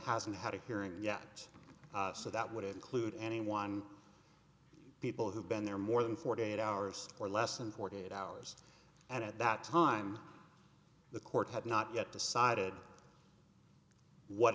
and how to hearing yet so that would include anyone people who've been there more than forty eight hours or less than forty eight hours and at that time the court had not yet decided what